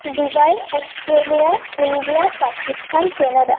Dubai Australia India Pakistan Canada